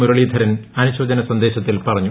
മുരളീധരൻ അനുശോചന സന്ദേശത്തിൽ പറഞ്ഞു